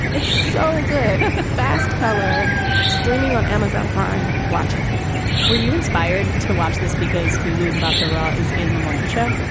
it's so good that fast color streaming on amazon prime. watch it were you inspired to watch this because goo-goo matara is in the morning show?